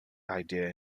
idea